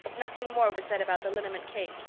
nothing more was said about the liniment cake,